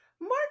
Mark